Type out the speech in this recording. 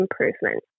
improvement